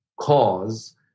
cause